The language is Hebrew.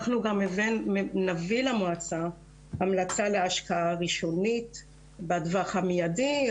אנחנו גם נביא למועצה המלצה להשקעה ראשונית בטווח המיידי,